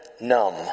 numb